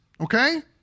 okay